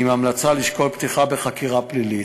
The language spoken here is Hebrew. עם החלטה לשקול פתיחה בחקירה פלילית.